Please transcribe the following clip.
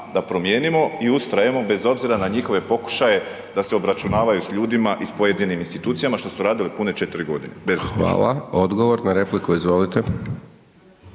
da promijenimo i ustrajemo bez obzira na njihove pokušaje da se obračunavaju i s pojedinim institucijama što su radili pune 4 g, bezuspješno. **Hajdaš Dončić, Siniša